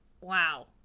Wow